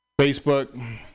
Facebook